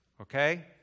Okay